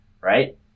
right